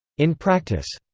in practice.